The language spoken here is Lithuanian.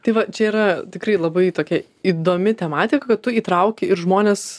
tai va čia yra tikrai labai tokia įdomi tematika tu įtrauki ir žmones